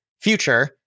future